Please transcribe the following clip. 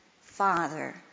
father